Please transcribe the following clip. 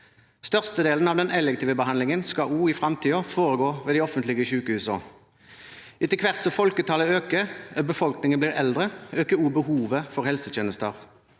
Størstedelen av den elektive behandlingen skal også i framtiden foregå ved de offentlige sykehusene. Etter hvert som folketallet øker eller befolkningen blir eldre, øker også behovet for helsetjenester.